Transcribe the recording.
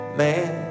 man